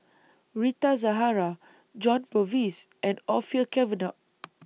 Rita Zahara John Purvis and Orfeur Cavenagh